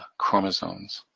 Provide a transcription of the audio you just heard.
chromosomes.